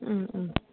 उम उम